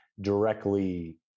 directly